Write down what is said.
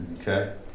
Okay